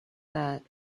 that